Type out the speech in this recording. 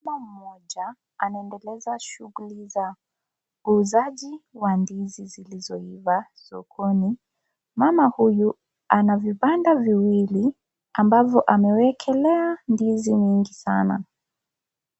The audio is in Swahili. Mama mmoja anaendeleza shughuli za uuzaji wa ndizi zilizoiva sokoni. Mama huyu ana vibanda viwili ambavyo amewekelea ndizi nyingi sana.